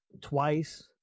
twice—